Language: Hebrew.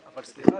אבל סליחה,